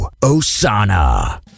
Osana